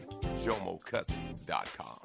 JomoCousins.com